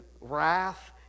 wrath